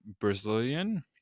brazilian